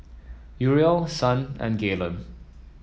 Uriel Son and Gaylon